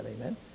amen